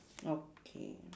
okay